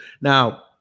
Now